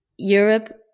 europe